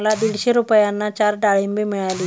मला दीडशे रुपयांना चार डाळींबे मिळाली